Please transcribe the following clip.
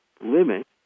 limit